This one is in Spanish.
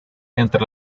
entre